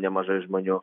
nemažai žmonių